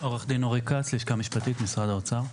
אורי כץ מהלשכה המשפטית במשרד האוצר.